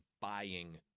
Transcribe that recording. buying